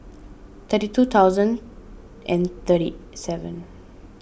thirty two thousand and thirty seven